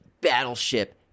Battleship